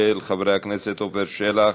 של חברי הכנסת עפר שלח,